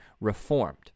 reformed